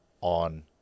on